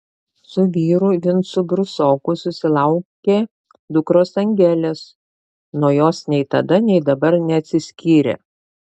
su vyru vincu brusoku susilaukė dukros angelės nuo jos nei tada nei dabar neatsiskyrė